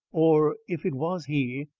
or if it was he,